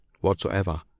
whatsoever